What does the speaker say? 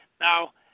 Now